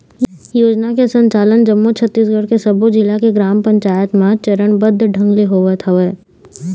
योजना के संचालन जम्मो छत्तीसगढ़ के सब्बो जिला के ग्राम पंचायत म चरनबद्ध ढंग ले होवत हवय